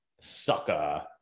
sucker